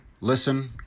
listen